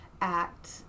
act